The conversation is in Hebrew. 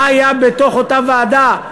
מה היה בתוך אותה ועדה.